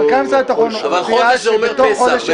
אבל חודש זה אומר פסח,